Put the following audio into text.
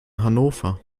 hannover